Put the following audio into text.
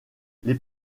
les